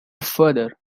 further